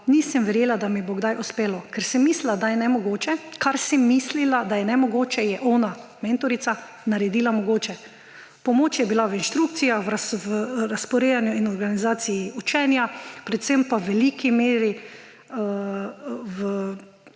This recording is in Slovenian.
Nisem verjela, da mi bo kdaj uspelo. Kar sem mislila, da je nemogoče, je ona, mentorica, naredila mogoče. Pomoč je bila v inštrukcijah, v razporejanju in organizaciji učenja, predvsem pa v veliki meri v